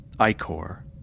ichor